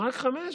רק חמש?